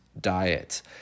diet